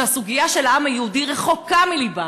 שהסוגיה של העם היהודי רחוקה מלבם,